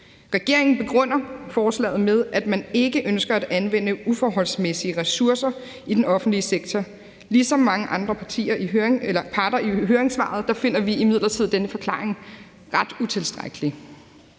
Regeringen begrunder forslaget med, at man ikke ønsker at anvende uforholdsmæssigt mange ressourcer i den offentlige sektor. Ligesom mange andre parter i høringssvarene finder vi imidlertid denne forklaring ret utilstrækkelig.